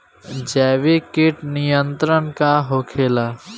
जैविक कीट नियंत्रण का होखेला?